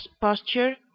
posture